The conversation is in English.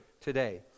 today